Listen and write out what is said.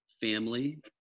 family